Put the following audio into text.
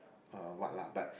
uh what lah but